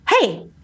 hey